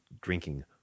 drinking